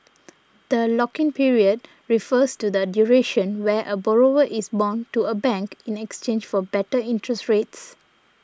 the lock in period refers to the duration where a borrower is bound to a bank in exchange for better interest rates